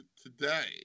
today